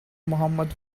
mohammad